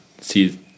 see